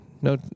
no